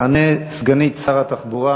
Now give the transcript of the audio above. תענה סגנית שר התחבורה